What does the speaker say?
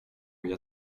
jag